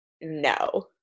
no